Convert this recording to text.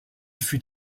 fut